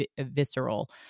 visceral